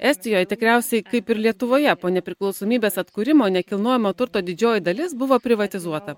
estijoj tikriausiai kaip ir lietuvoje po nepriklausomybės atkūrimo nekilnojamo turto didžioji dalis buvo privatizuota